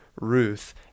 Ruth